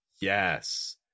Yes